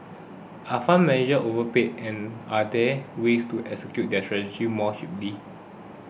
are fund manager overpaid and are there ways to execute their strategies more cheaply